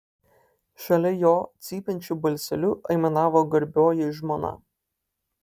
šalia jo cypiančiu balseliu aimanavo garbioji žmona